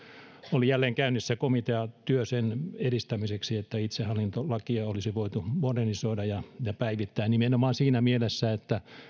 oli jälleen käynnissä komiteatyö sen edistämiseksi että itsehallintolakia olisi voitu modernisoida ja ja päivittää nimenomaan siinä mielessä että